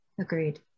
Agreed